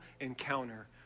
encounter